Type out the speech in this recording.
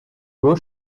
beau